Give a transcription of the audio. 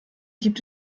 gibt